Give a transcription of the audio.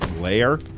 layer